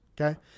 okay